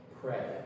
pray